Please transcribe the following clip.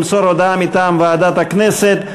למסור הודעה מטעם ועדת הכנסת.